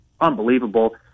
unbelievable